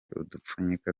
udupfunyika